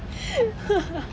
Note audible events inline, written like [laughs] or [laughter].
[laughs]